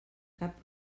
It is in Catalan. cap